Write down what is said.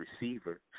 receiver